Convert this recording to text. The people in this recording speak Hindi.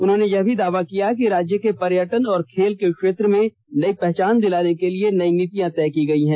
उन्होंने यह भी दावा किया कि राज्य को पर्यटन और खेल के क्षेत्र में नई पहचान दिलाने के लिए नई नीतियां तय की गई है